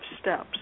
steps